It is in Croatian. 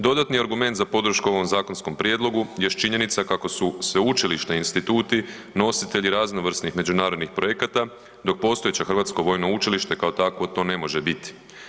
Dodatni argument za podršku ovom zakonskom prijedlogu jest činjenica kako su sveučilišni instituti nositelji raznovrsnih međunarodnih projekata dok postojeće vojno učilište kao takvo to ne može biti.